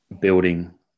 building